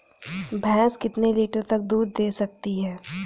भैंस कितने लीटर तक दूध दे सकती है?